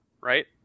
right